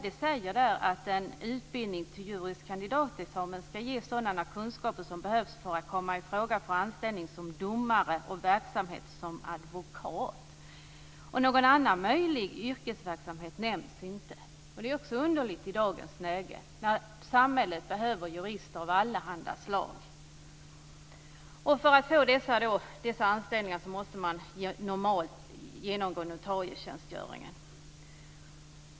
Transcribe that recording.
Det står där att en utbildning till juris kandidat ska ge sådana kunskaper som behövs för att komma i fråga för anställning som domare och för verksamhet som advokat. Någon annan möjlig yrkesverksamhet nämns inte. Det är också underligt i dagens läge när samhället behöver jurister av allehanda slag. För att få dessa anställningar måste man normalt genomgå notarietjänstgöring.